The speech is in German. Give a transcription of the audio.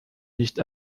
nicht